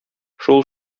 шул